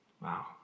Wow